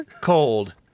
cold